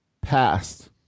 past